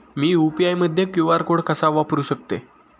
मी UPI मध्ये QR code कसा वापरु शकते?